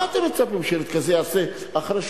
מה אתם מצפים שילד כזה יעשה אחרי,